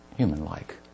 human-like